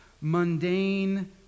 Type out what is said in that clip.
mundane